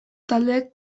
taldeek